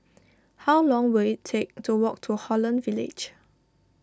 how long will it take to walk to Holland Village